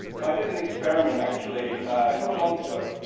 and i did an experiment actually, a couple of months ago,